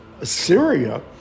Assyria